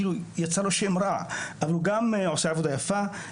יצא לו שם רע אבל הוא גם עושה עבודה יפה,